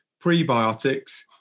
prebiotics